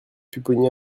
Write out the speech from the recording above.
pupponi